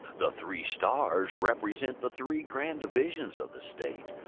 the three stars represent the three grand divisions of the state.